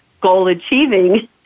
Goal-achieving